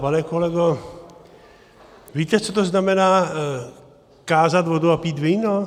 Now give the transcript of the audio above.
Pane kolego, víte, co to znamená kázat vodu a pít víno?